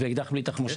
ואקדח בלי תחמושת,